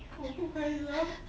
我不可以了